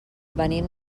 venim